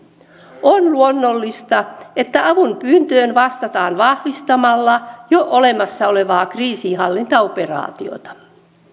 on luonnollista että avunpyyntöön vastataan vahvistamalla jo olemassa olevaa kriisinhallintaoperaatiota